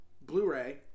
Blu-ray